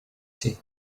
tea